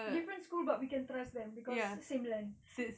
different school but we can trust them cause same land